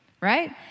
right